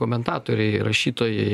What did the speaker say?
komentatoriai rašytojai